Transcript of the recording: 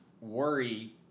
Worry